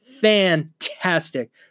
fantastic